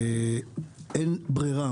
אין ברירה.